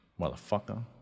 Motherfucker